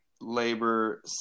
labor